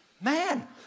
man